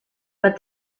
but